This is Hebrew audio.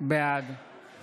בעד